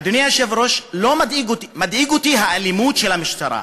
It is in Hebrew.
אדוני היושב-ראש, מדאיגה אותי האלימות של המשטרה,